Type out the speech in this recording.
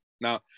Now